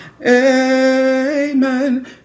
amen